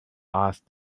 asked